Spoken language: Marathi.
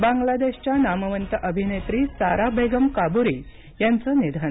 बांगलादेशच्या नामवंत अभिनेत्री सारा बेगम काबूरी यांचं निधन